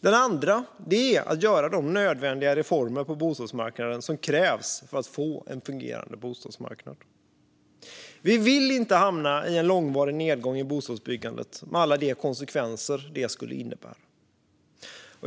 Den andra är att göra de reformer på bostadsmarknaden som krävs för att få en fungerande bostadsmarknad. Vi vill inte hamna i en långvarig nedgång i bostadsbyggandet med alla de konsekvenser det skulle innebära.